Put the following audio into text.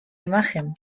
imagen